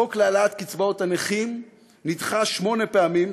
החוק להעלאת קצבאות הנכים נדחה שמונה פעמים,